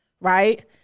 right